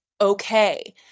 okay